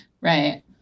right